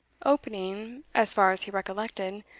opening, as far as he recollected,